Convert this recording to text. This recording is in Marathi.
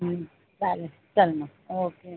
चालेल चल मग ओके